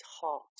heart